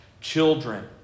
children